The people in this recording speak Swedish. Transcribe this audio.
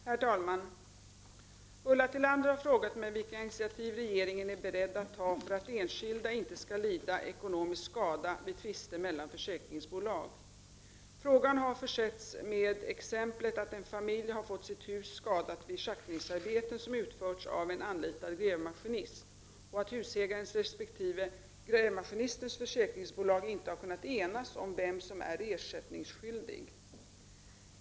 Herr talman! Ulla Tillander har frågat mig vilka initiativ regeringen är beredd att ta för att enskilda inte skall lida ekonomisk skada vid tvister mellan försäkringsbolag. Frågan har försetts med exemplet att en familj har fått sitt hus skadat vid schaktningsarbeten som utförts av en anlitad grävmaskinist och att husägarens resp. grävmaskinistens försäkringsbolag inte har kunnat enas om vem som är ersättningsskyldig.